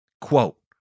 quote